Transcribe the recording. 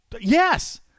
yes